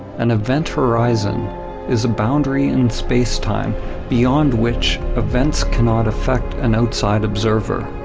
an event horizon is a boundary in space-time beyond which events cannot affect an outside observer,